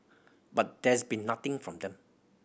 but there's been nothing from them